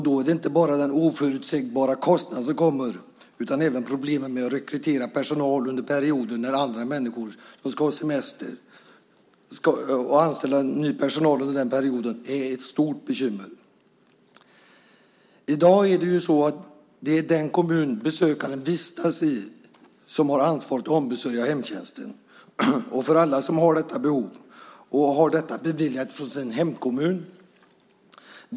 Då är det inte bara den oförutsägbara kostnaden som kommer utan även problemen med att rekrytera personal under perioder när andra människor ska ha semester. Att anställa ny personal under den perioden är ett stort bekymmer. I dag är det den kommun som besökaren vistas i som har ansvaret för att ombesörja hemtjänst för alla som har detta behov och som har detta beviljat från sin hemkommun.